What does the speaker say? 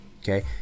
okay